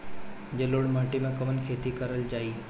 जलोढ़ माटी में कवन खेती करल जाई?